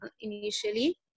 initially